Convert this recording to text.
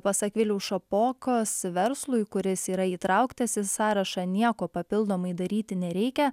pasak viliaus šapokos verslui kuris yra įtrauktas į sąrašą nieko papildomai daryti nereikia